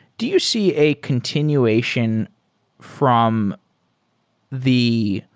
do you see a continuation from the